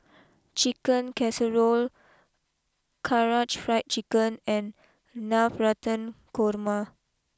Chicken Casserole Karaage Fried Chicken and Navratan Korma